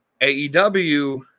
AEW